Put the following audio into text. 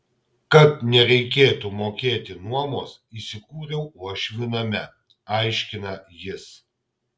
kad nereikėtų mokėti nuomos įsikūriau uošvių name aiškina jis